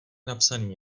napsaný